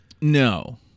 No